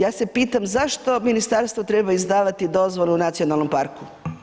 Ja se pitam, zašto Ministarstvo treba izdavati dozvolu nacionalnom parku?